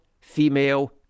female